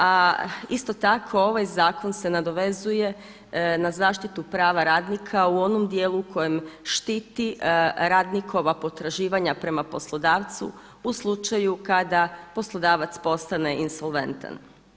A isto tako ovaj zakon se nadovezuje na zaštitu prava radnika u onom dijelu kojem štiti radnikova potraživanja prema poslodavcu u slučaju kada poslodavac postane insolventan.